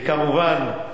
וכמובן,